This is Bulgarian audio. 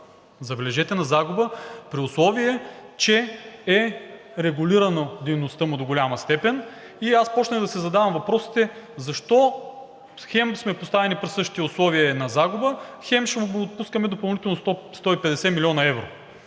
забележете – на загуба, при условие че е регулирана дейността му до голяма степен, и аз започнах да си задавам въпросите защо хем сме поставени при същите условия и е на загуба, хем ще му отпускаме допълнително 150 млн. евро.